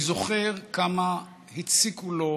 אני זוכר כמה הציקו לו